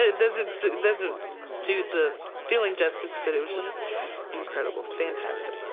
it doesn't doesn't do the feeling justice. bit it was just incredible, fantastic,